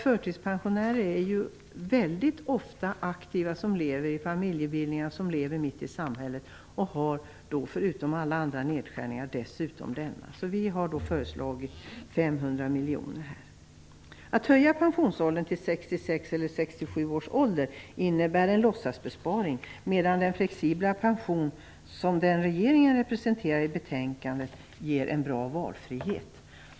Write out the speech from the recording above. Förtidspensionärer är väldigt ofta aktiva och lever i familjebildningar och mitt i samhället, och förutom alla andra nedskärningar drabbas de dessutom av denna. Vi har därför föreslagit 500 miljoner. Att höja pensionsåldern till 66 eller 67 år innebär en låtsasbesparing, medan den flexibla pension som regeringen presenterar i betänkandet ger en bra valfrihet.